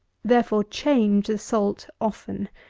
therefore, change the salt often.